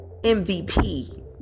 MVP